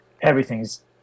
everything's